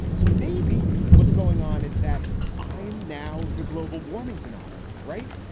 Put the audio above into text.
so maybe what's going on is that i am now the global warming denier. right.